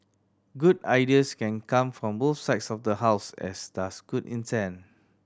good ideas can come from both sides of the House as does good intent